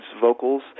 vocals